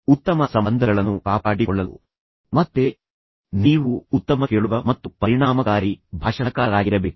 ಉತ್ತಮ ಸಂಬಂಧಗಳನ್ನು ಕಾಪಾಡಿಕೊಳ್ಳಲು ಮತ್ತೆ ನೀವು ಉತ್ತಮ ಕೇಳುಗ ಮತ್ತು ಪರಿಣಾಮಕಾರಿ ಭಾಷಣಕಾರರಾಗಿರಬೇಕು